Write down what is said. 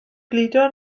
gludo